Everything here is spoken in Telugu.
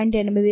85 0